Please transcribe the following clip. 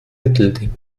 mittelding